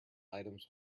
items